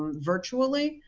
virtually.